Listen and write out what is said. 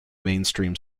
mainstream